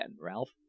Ralph